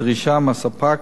ודרישה מהספק